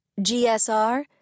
GSR